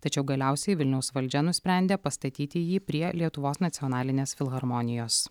tačiau galiausiai vilniaus valdžia nusprendė pastatyti jį prie lietuvos nacionalinės filharmonijos